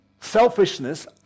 selfishness